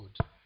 good